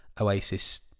Oasis